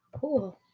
Cool